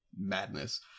madness